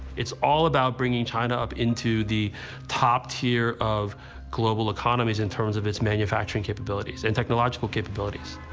it's all about bringing china up into the top tier of global economies, in terms of its manufacturing capabilities and technological capabilities.